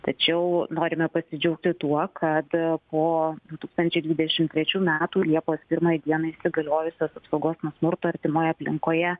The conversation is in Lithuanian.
tačiau norime pasidžiaugti tuo kad po du tūkstančiai dvidešim trečių metų liepos pirmai dienai įsigaliojusias apsaugos nuo smurto artimoje aplinkoje